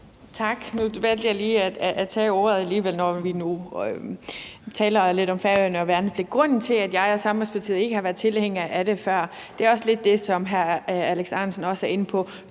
Tak. Nu valgte jeg lige at tage ordet alligevel, når vi nu taler lidt om Færøerne og værnepligt. Grunden til, at jeg og Sambandspartiet ikke har været tilhængere af det før, er lidt det, som hr. Alex Ahrendtsen også er inde på.